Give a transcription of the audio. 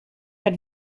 had